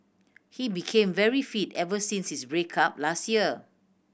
he became very fit ever since his break up last year